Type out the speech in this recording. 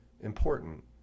important